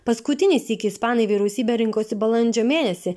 paskutinį sykį ispanai vyriausybę rinkosi balandžio mėnesį